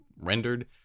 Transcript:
rendered